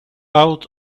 out